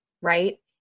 Right